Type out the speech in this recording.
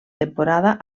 temporada